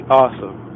awesome